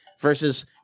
versus